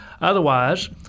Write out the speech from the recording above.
Otherwise